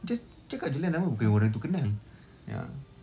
just cakap jer lah nama bukan orang tu kenal ya